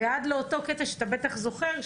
ועד לאותו קטע שאתה בטח זוכר,